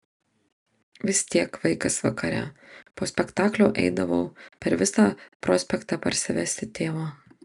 vis tiek vaikas vakare po spektaklio eidavau per visą prospektą parsivesti tėvo